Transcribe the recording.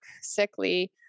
sickly